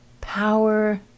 power